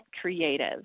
creative